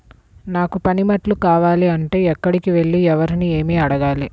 నాకు పనిముట్లు కావాలి అంటే ఎక్కడికి వెళ్లి ఎవరిని ఏమి అడగాలి?